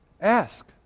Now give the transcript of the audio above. Ask